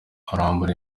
arambura